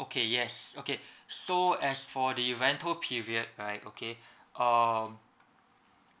okay yes okay so as for the rental period right okay um